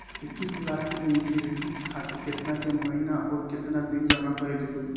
इक्कीस लाख के मचुरिती खातिर केतना के महीना आउरकेतना दिन जमा करे के होई?